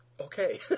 okay